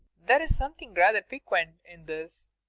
there's something rather piquant in this.